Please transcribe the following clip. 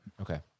Okay